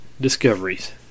discoveries